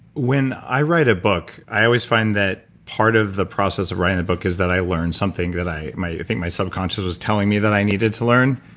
when i write a book, i always find that part of the process of writing the book is that i learn something that i think my subconscious was telling me that i needed to learn